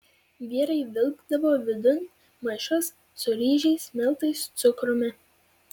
vyrai vilkdavo vidun maišus su ryžiais miltais cukrumi